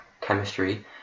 chemistry